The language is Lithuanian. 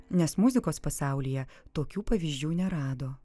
nes muzikos pasaulyje tokių pavyzdžių nerado